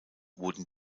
wurden